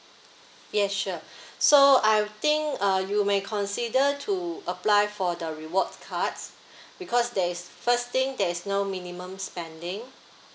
yes sure so I think uh you may consider to apply for the reward card because there is first thing there is no minimum spending